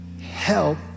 help